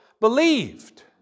believed